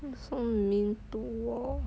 so lor